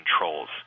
controls